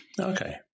Okay